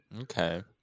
Okay